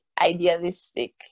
idealistic